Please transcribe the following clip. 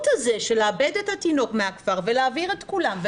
הזה של לאבד את התינוק מהכפר ולהעביר את כולם,